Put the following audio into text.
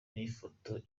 n’ifoto